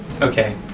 okay